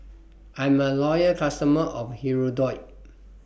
I'm A Loyal customer of Hirudoid